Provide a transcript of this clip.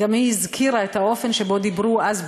גם היא הזכירה את האופן שבו דיברו אז ברי"ש.